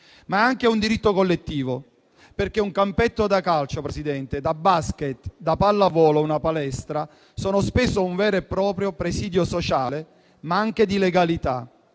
È anche un diritto collettivo, perché un campetto da calcio, Presidente, da basket, da pallavolo o una palestra sono spesso un vero e proprio presidio sociale, ma anche di legalità